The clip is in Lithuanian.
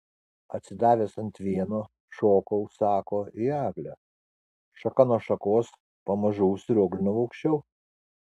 atsidavęs ant vieno šokau sako į eglę šaka nuo šakos pamažu užsirioglinau aukščiau